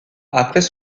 après